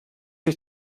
ich